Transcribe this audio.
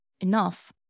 enough